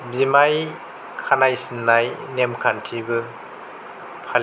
बिमाय खानाय सिननाय नेमखान्थिबो फालिनाय जायो